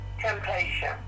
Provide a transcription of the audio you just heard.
temptation